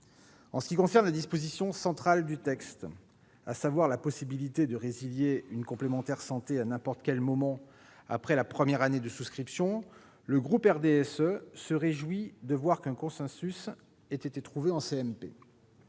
En ce qui concerne la disposition centrale du texte, la possibilité de résilier une complémentaire santé à n'importe quel moment après la première année de souscription, le groupe du RDSE se réjouit qu'un consensus ait été trouvé en